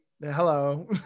hello